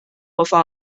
放弃